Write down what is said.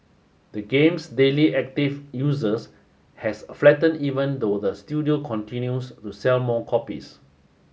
the game's daily active users has flattened even though the studio continues to sell more copies